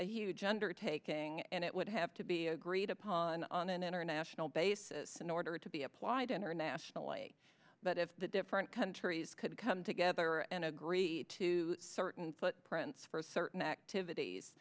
a huge undertaking and it would have to be agreed upon on an international basis in order to be applied internationally but if the different countries could come together and agree to certain footprints for certain